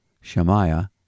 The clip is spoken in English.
Shemaiah